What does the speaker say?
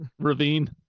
ravine